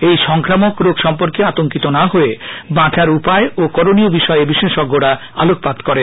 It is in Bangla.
এই সংক্রামক রোগ সম্পর্কে আতঙ্কিত না হয়ে বাঁচার উপায় ও করনীয় বিষয়ে বিশেষজ্ঞরা আলোকপাত করেন